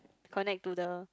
connect to the